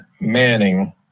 Manning